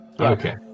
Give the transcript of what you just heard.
Okay